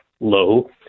low